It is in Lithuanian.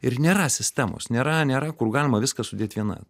ir nėra sistemos nėra nėra kur galima viską sudėt vieną